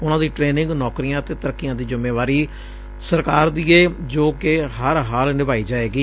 ਉਨੂਾਂ ਦੀ ਟਰੇਨਿੰਗ ਨੌਕਰੀਆਂ ਅਤੇ ਤਰੱਕੀਆਂ ਦੀ ਜਿੰਮੇਵਾਰੀ ਸਰਕਾਰ ਦੀ ਏ ਜੋ ਕਿ ਹਰ ਹਾਲ ਨਿਭਾਈ ਜਾਵੇਗੀ